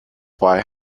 why